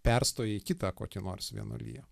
perstoję į kitą kokią nors vienuoliją